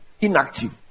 inactive